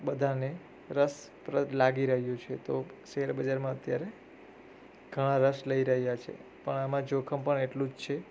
બધાને રસપ્રદ લાગી રહ્યું છે તો શેર બજારમાં અત્યારે ઘણા રસ લઈ રહ્યા છે પણ એમાં જોખમ પણ એટલું જ છે